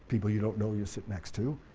people you don't know you sit next to,